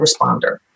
responder